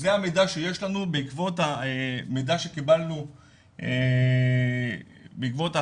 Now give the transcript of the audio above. זה המידע שיש לנו בעקבות המידע שקיבלנו בעקבות זה